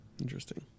Interesting